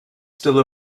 still